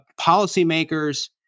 policymakers